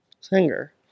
singer